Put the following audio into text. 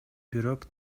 бирок